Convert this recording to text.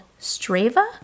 Strava